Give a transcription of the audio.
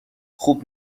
خوب